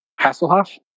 Hasselhoff